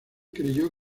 creyó